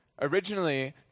Originally